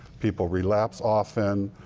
people relapse often.